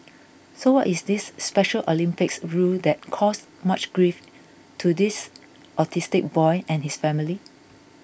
so what is this Special Olympics rule that caused much grief to this autistic boy and his family